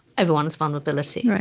everyone's vulnerability,